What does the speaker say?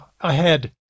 ahead